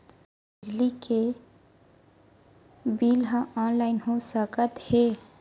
हमर बिजली के बिल ह ऑनलाइन हो सकत हे?